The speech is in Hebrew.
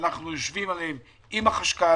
שאנחנו דנים עליהן עם החשכ"ל